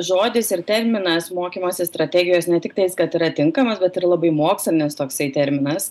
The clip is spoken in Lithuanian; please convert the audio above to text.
žodis ir terminas mokymosi strategijos ne tiktais kad yra tinkamas bet ir labai mokslinis toksai terminas